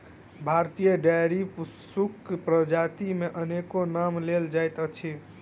भारतीय डेयरी पशुक प्रजाति मे अनेको नाम लेल जाइत अछि